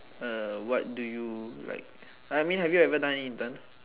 uh what do you like I mean have you ever done any intern